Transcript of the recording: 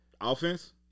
Offense